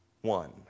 one